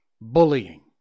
bullying